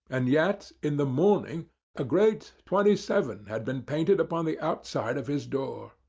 and yet in the morning a great twenty seven had been painted upon the outside of his door.